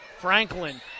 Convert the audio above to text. Franklin